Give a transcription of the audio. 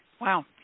Wow